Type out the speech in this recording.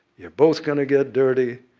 you're both going to get dirty.